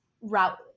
route